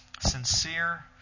sincere